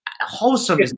wholesome